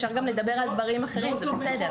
אפשר גם לדבר על דברים אחרים, זה בסדר.